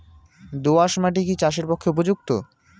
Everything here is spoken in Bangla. দোআঁশ মাটি কি চাষের পক্ষে উপযুক্ত?